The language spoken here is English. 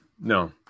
no